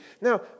Now